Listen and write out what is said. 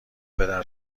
پدر